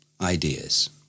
ideas